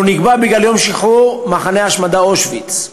והוא נקבע בו בגלל שחרור מחנה ההשמדה אושוויץ,